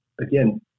Again